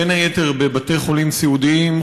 בין היתר בבתי חולים סיעודיים,